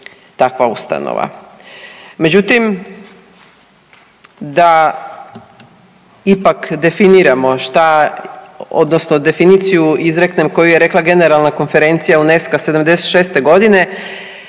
takva ustanova. Međutim, da ipak definiramo šta odnosno definiciju izreknem koju je rekla generalna konferencija UNESCO-a '76.g.